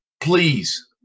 please